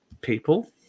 people